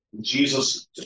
Jesus